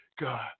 God